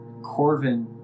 Corvin